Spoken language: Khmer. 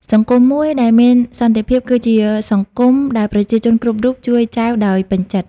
សង្គមមួយដែលមានសន្តិភាព គឺជាសង្គមដែលប្រជាជនគ្រប់រូបជួយចែវដោយពេញចិត្ត។